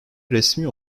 resmi